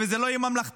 וזה לא יהיה ממלכתי,